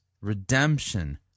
redemption